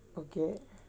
okay